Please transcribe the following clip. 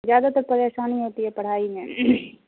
زیادہ تر پریشانی ہوتی ہے پڑھائی میں